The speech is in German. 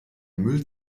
müll